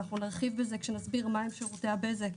אנחנו נרחיב בזה כשנסביר מה הם שירותי הבזק,